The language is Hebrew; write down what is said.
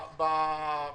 שעוד לא השקענו אותו,